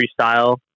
freestyle